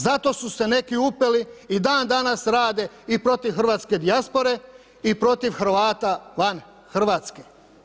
Zato su se neki upleli i dandanas rade i protiv hrvatske dijaspore i protiv Hrvata van Hrvatske.